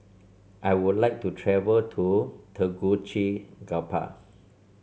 I would like to travel to Tegucigalpa